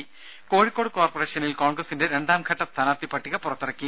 ദേദ കോഴിക്കോട് കോർപ്പറേഷനിൽ കോൺഗ്രസിന്റ രണ്ടാംഘട്ട സ്ഥാനാർഥി പട്ടിക പുറത്തിറക്കി